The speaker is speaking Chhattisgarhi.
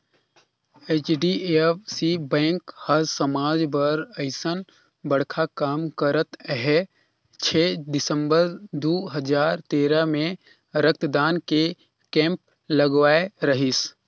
एच.डी.एफ.सी बेंक हर समाज बर अइसन बड़खा काम करत हे छै दिसंबर दू हजार तेरा मे रक्तदान के केम्प लगवाए रहीस